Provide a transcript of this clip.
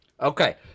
Okay